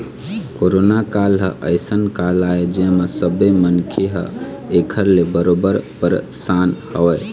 corona काल ह अइसन काल आय जेमा सब्बे मनखे ह ऐखर ले बरोबर परसान हवय